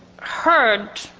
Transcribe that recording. heard